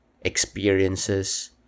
experiences